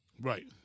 right